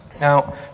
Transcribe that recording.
Now